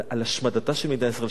שמחנך להשמדתה של מדינת ישראל.